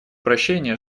прощения